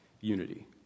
unity